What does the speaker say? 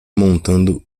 montando